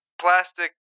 plastic